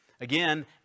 Again